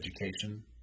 education –